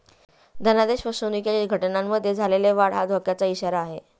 धनादेश फसवणुकीच्या घटनांमध्ये झालेली वाढ हा धोक्याचा इशारा आहे